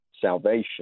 salvation